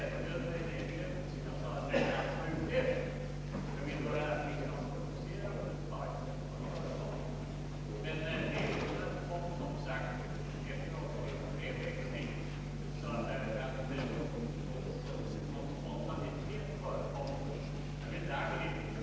Från dess sida kan såvitt jag förstår knappast några direkta åtgärder komma i fråga.